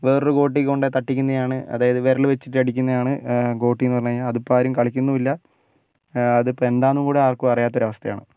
വേറൊരു ഗോട്ടിയിൽ കൊണ്ട് തട്ടിക്കുന്നതാണ് അതായത് വിരൽ വെച്ചിട്ട് അടിക്കുന്നതാണ് ഗോട്ടി എന്ന് പറഞ്ഞാൽ അതിപ്പം ആരും കളിക്കുന്നുമില്ല അതിപ്പം എന്താണെന്നും കൂടി ആർക്കും അറിയാത്ത ഒരു അവസ്ഥയാണ്